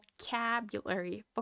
vocabulary